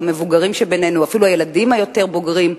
המבוגרים שבינינו ואפילו הילדים היותר בוגרים,